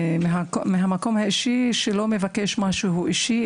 לא ממקום של לבקש משהו עבור עצמי,